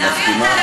מסכימה?